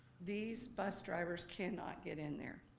these bus drivers cannot get in there.